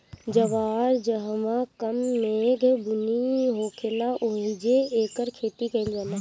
जवार जहवां कम मेघ बुनी होखेला ओहिजे एकर खेती कईल जाला